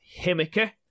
Himika